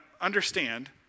understand